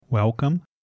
Welcome